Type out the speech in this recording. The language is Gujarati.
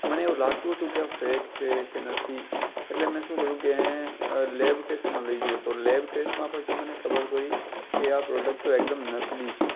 મને એવું લાગતું હતું કે આ ફેક છે કે નથી એટલે મેં શું કર્યું કે લૅબ ટૅસ્ટમાં લઇ ગયો તો લૅબ ટૅસ્ટમાં પછી મને ખબર પડી કે આ પ્રોડક્ટ તો એકદમ નકલી છે